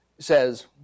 says